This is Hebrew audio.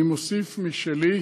אני מוסיף משלי,